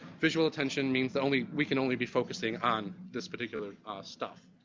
visual attention means that only we can only be focusing on this particular stuff.